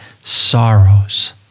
sorrows